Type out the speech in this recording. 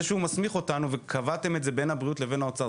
זה שהוא מסמיך אותנו וקבעתם את זה בין הבריאות לבין האוצר,